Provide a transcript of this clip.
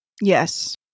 Yes